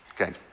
Okay